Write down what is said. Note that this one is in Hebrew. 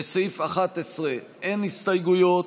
לסעיף 11 אין הסתייגויות,